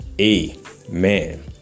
Amen